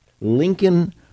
Lincoln